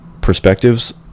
perspectives